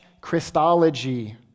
Christology